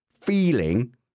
feeling